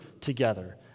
together